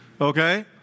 Okay